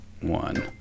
one